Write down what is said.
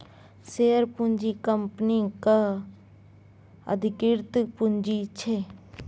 share पूँजी कंपनीक अधिकृत पुंजी छै